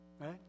Right